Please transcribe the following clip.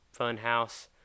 Funhouse